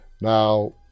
Now